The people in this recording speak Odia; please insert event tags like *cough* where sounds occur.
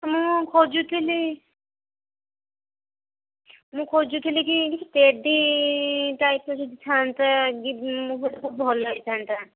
ମୁଁ ଖୋଜୁଥିଲି ମୁଁ ଖୋଜୁଥିଲି କି କିଛି ଟେଡ଼ି ଟାଇପ୍ର ଯଦି ଥାଆନ୍ତା ଗିପ୍ଟ *unintelligible* ତ ଭଲ ହେଇଥାନ୍ତା